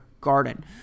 Garden